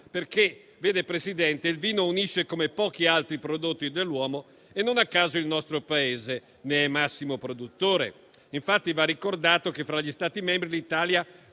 perché il vino unisce come pochi altri prodotti dell'uomo e non a caso il nostro Paese ne è massimo produttore. Infatti, va ricordato che fra gli Stati membri l'Italia